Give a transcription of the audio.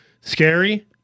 scary